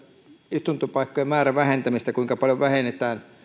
istuntopaikkojen määrän vähentämistä kuinka paljon vähennetään